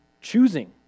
choosing